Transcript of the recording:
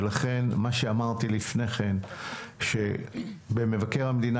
ולכן מה שאמרתי לפני כן שבמבקר המדינה